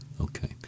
Okay